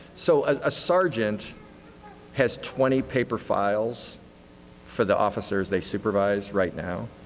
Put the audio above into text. so, a sergeant has twenty paper files for the officers they supervise right now?